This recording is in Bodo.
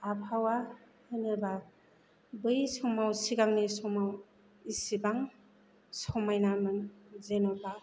आबहावा होनोबा बै समाव सिगांनि समाव इसिबां समायनामोन जेन'बा